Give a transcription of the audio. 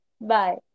bye